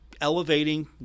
elevating